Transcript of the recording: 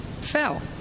fell